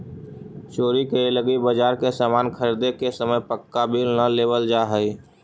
चोरी करे लगी बाजार से सामान ख़रीदे के समय पक्का बिल न लेवल जाऽ हई